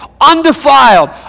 undefiled